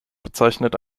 bezeichnet